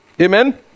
Amen